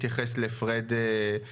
התייחסות לסקר הסיכונים לפרד ארזואן,